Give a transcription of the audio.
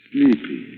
Sleepy